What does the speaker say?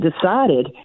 decided